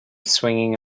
swinging